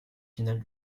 finale